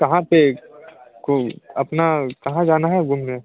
कहाँ से को अपना कहाँ जाना है घूमने